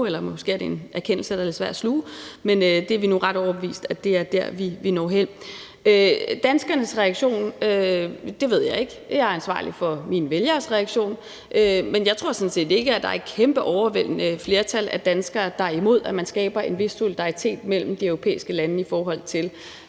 eller måske er det en erkendelse, der er lidt svær at sluge. Men vi er nu ret overbeviste om, at det er der, vi når hen. Jeg ved ikke med hensyn til danskernes reaktion; jeg er ansvarlig for mine vælgeres reaktion. Men jeg tror sådan set ikke, at der er et kæmpe, overvældende flertal, der er imod, at man skaber en vis solidaritet mellem de europæiske lande i forhold til